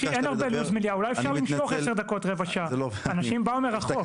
אולי אפשר למשוך 10-15 דקות, אנשים באו מרחוק.